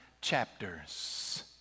chapters